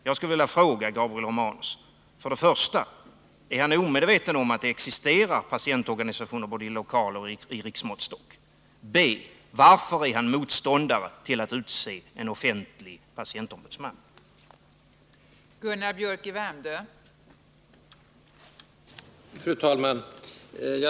Jag skulle vilja fråga Gabriel Romanus för det första om han är omedveten om att det existerar patientorganisationer både på lokaloch på riksplanet, för det andra varför han är motståndare till att en offentlig patientombudsman utses.